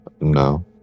no